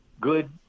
good